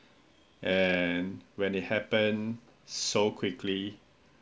and when they happen so quickly